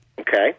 Okay